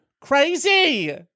Crazy